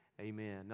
Amen